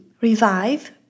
revive